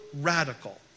radical